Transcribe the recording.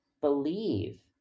believe